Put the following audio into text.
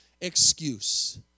excuse